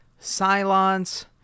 cylons